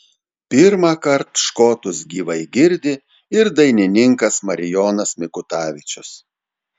pirmąkart škotus gyvai girdi ir dainininkas marijonas mikutavičius